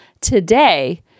today